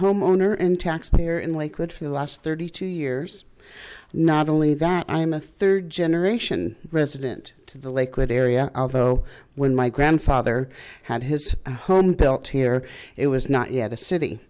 homeowner in taxpayer in lakewood for the last thirty two years not only that i am a third generation resident to the lakewood area although when my grandfather had his home built here it was not yet a city